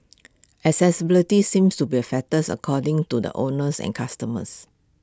accessibility seems to be A factors according to the owners and customers